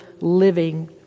living